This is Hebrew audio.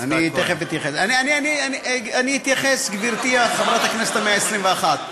אני תכף אתייחס, גברתי, חברת הכנסת ה-121.